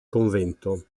convento